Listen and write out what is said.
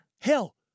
Hell